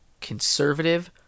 conservative